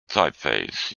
typeface